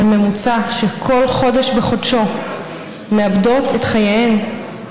הממוצע של כל חודש בחודשו של נשים שמאבדות את חייהן,